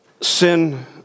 Sin